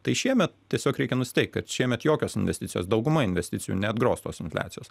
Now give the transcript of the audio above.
tai šiemet tiesiog reikia nusiteikt kad šiemet jokios investicijos dauguma investicijų neatgros tos infliacijos